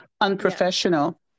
unprofessional